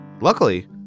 Luckily